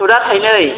सुतआ थाइनै